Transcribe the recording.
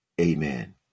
Amen